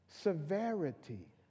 severity